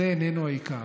זה איננו העיקר.